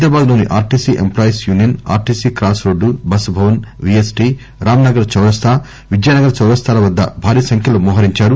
హైదరాబాద్ లోని RTC employees union RTC cross road bus Bhavan VST Ramnagar చౌరస్తా విద్యానగర్ చౌరస్తా ల వద్ద భారీ సంఖ్యలో మోహరించారు